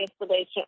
installation